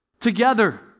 together